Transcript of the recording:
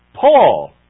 Paul